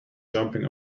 jumping